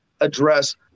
address